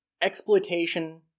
exploitation